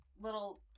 little